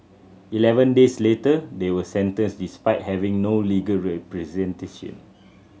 eleven days later they were sentenced despite having no legal representation